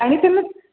आणि त्यांना